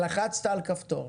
לחצת על כפתור.